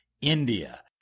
India